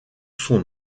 son